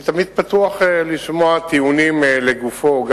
אני תמיד פתוח לשמוע טיעונים לגופם,